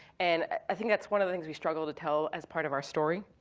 and i think that's one of the things we struggle to tell as part of our story.